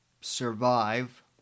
survive